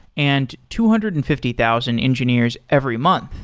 and two hundred and fifty thousand engineers every month.